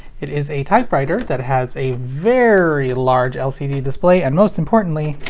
it is a typewriter that has a very large lcd display and most importantly,